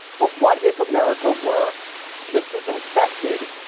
but what if america were just as infected?